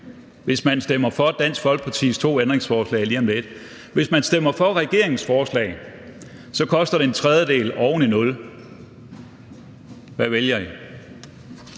hvis man stemmer for Dansk Folkepartis to ændringsforslag lige om lidt. Hvis man stemmer for regeringens forslag, koster det en tredjedel oven i nul. Hvad vælger I?